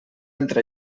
entre